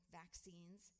vaccines